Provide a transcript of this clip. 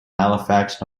halifax